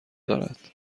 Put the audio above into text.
دارد